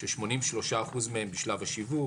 83% מהם בשלב השיווק,